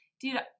Dude